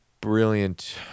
brilliant